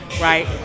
right